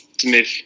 Smith